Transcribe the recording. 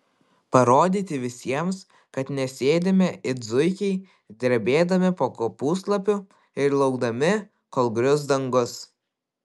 parodyti visiems kad nesėdime it zuikiai drebėdami po kopūstlapiu ir laukdami kol grius dangus